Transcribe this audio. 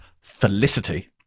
Felicity